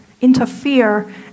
interfere